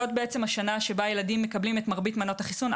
זו השנה שבה ילדים מקבלים את מרבית מנות החיסון,